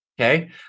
Okay